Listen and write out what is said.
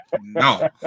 no